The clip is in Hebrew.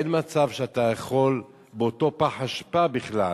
אין מצב שאתה יכול באותו פח אשפה בכלל